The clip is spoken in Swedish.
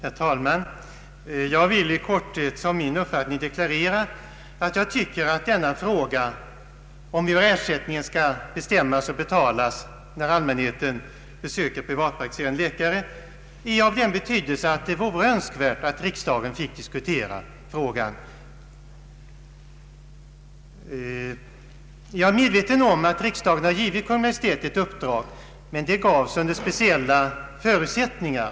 Herr talman! Jag vill i korthet som min uppfattning deklarera att frågan om hur ersättningen skall bestämmas och betalas, när allmänheten söker privatpraktiserande läkare, är av den betydelse att det vore önskvärt att riksdagen fick diskutera den. Jag är medveten om att riksdagen har givit Kungl. Maj:t ett uppdrag, men det gavs under speciella förutsättningar.